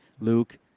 Luke